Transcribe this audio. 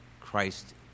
christ